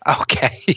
Okay